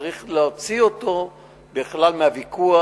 צריך להוציא אותו בכלל מהוויכוח.